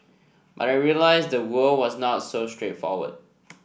but I realised the world was not so straightforward